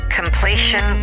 completion